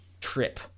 trip